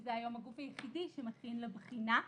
שזה היום הגוף היחיד שמכין לבחינה,